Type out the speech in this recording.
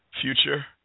future